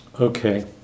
Okay